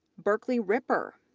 berkley ripper,